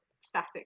static